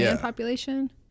population